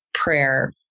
prayer